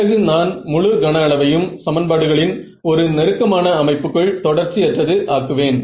பிறகு நான் முழு கன அளவையும் சமன்பாடுகளின் ஒரு நெருக்கம் ஆன அமைப்புக்குள் தொடர்ச்சி அற்றது ஆக்குவேன்